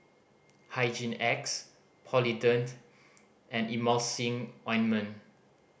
Hygin X Polident and Emulsying Ointment